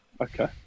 Okay